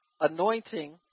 anointing